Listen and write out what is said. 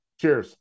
Cheers